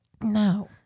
No